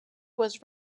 was